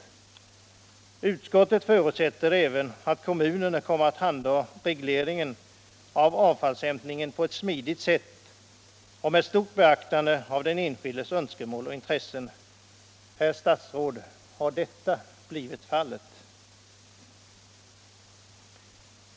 Utskottet förutsatte att kommunerna skulle komma att handha regleringen av avfallshämtningen på ett smidigt sätt och med stort beaktande av de enskildas önskemål och intressen. Herr statsråd! Har detta blivit fallet?